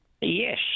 Yes